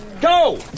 Go